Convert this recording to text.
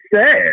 sad